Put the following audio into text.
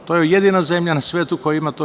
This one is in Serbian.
To je jedina zemlja na svetu koja ima to.